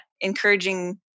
encouraging